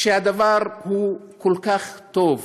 שהדבר הוא כל כך טוב.